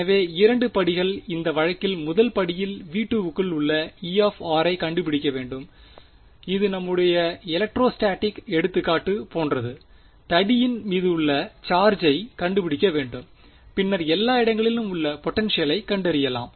எனவே 2 படிகள் இந்த வழக்கில் முதல் படியில் V2 க்குள் உள்ள E ஐ கண்டுபிடிக்க வேண்டும் இது நம்முடைய எலக்ட்ரோஸ்டேடிக் எடுத்துக்காட்டு போன்றது தடியின் மீதுஉள்ள சார்ஜை கண்டுபிடிக்க வேண்டும் பின்னர் எல்லா இடங்களிலும் உள்ள பொடென்ஷியலை கண்டறியலாம்